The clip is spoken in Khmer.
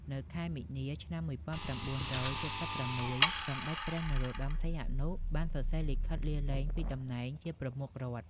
នៅខែមីនា ឆ្នាំ១៩៧៦ សម្តេចព្រះ នរោត្តម សីហនុ បានសរសេរលិខិតលាលែងពីតំណែងជា «ប្រមុខរដ្ឋ»។